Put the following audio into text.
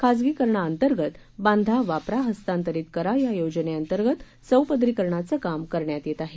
खाजगीकरणांतर्गत बांधा वापरा हस्तांतरित करा या योजनेअंतर्गत चौपदरीकरणांच काम करण्यात येत आहे